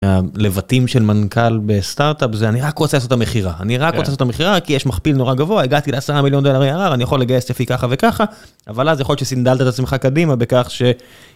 הלבטים של מנכ״ל בסטארט-אפ זה אני רק רוצה לעשות את המכירה. אני רק רוצה את המכירה, כי יש מכפיל נורא גבוה, הגעתי לעשרה מיליון דולר arr אני יכול לגייס לפי ככה וככה אבל אז יכול להיות שסינדלת את עצמך קדימה בכך ש.